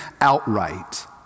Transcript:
outright